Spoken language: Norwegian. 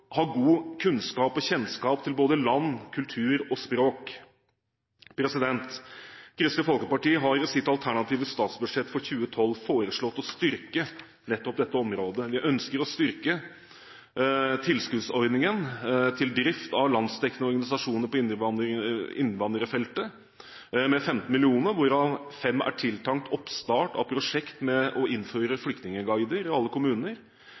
god kunnskap og kjennskap til både land, kultur og språk. Kristelig Folkeparti har i sitt alternative statsbudsjett for 2012 foreslått å styrke nettopp dette området. Vi ønsker å styrke tilskuddsordningen til drift av landsdekkende organisasjoner på innvandrerfeltet med 15 mill. kr, hvorav 5 mill. kr er tiltenkt oppstart av et prosjekt med å innføre flyktningguider i alle kommuner